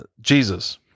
jesus